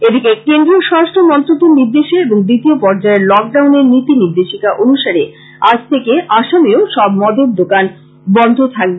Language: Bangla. এদিকে কেন্দ্রীয় স্বরাষ্ট্র মন্ত্রকের নির্দেশে এবং দ্বিতীয় পর্য্যায়ের লক ডাউনের নীতি নির্দেশিকা অনুসারে আজ থেকে আসামেও সব মদের দোকান বন্ধ থাকবে